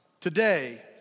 Today